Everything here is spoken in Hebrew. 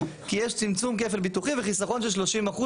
כי יש צמצום כפל ביטוחי וחיסכון של 30%